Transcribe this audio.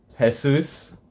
Jesus